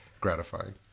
gratifying